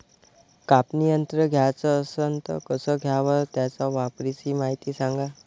कापनी यंत्र घ्याचं असन त कस घ्याव? त्याच्या वापराची मायती सांगा